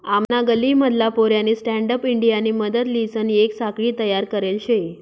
आमना गल्ली मधला पोऱ्यानी स्टँडअप इंडियानी मदतलीसन येक साखळी तयार करले शे